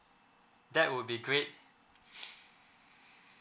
that would be great